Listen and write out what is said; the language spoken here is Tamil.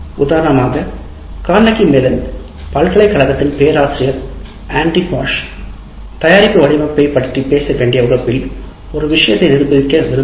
உதாரணமாக கார்னகி மெலன் பல்கலைக்கழகத்தின் பேராசிரியர் ஆண்டி பாஷ் தயாரிப்பு வடிவமைப்பு பற்றி பேச வேண்டிய வகுப்பில் ஒரு விஷயத்தை நிறுபிக்க விரும்பினார்